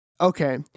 Okay